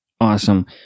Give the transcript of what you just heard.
Awesome